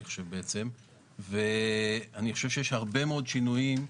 אני חושב שיש הרבה מאוד שינויים.